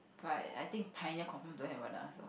right I think Pioneer confirm don't have one lah so